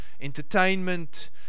entertainment